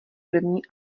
první